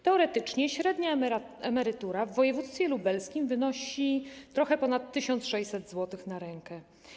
Teoretycznie średnia emerytura w województwie lubelskim wynosi nieco ponad 1600 zł na rękę.